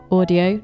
audio